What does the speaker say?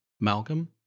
Malcolm